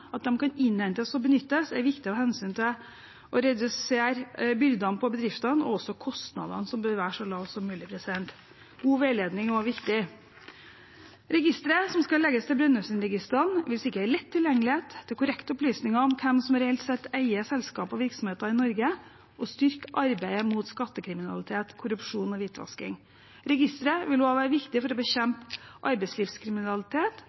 kan innhentes og benyttes, er viktig av hensyn til å redusere byrden for bedriftene og også kostnadene, som bør være så lave som mulig. God veiledning er også viktig. Registeret, som skal legges til Brønnøysundregistrene, vil sikre lett tilgjengelighet til korrekte opplysninger om hvem som reelt sett eier selskaper og virksomheter i Norge, og styrke arbeidet mot skattekriminalitet, korrupsjon og hvitvasking. Registeret vil også være viktig for å